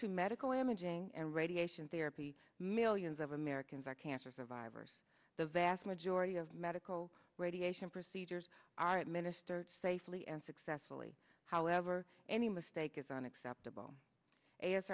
to medical imaging and radiation therapy millions of americans are cancer survivors the vast majority of medical radiation procedures are administered safely and successfully however any mistake is unacceptable a